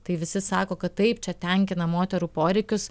tai visi sako kad taip čia tenkina moterų poreikius